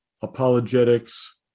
apologetics